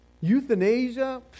Euthanasia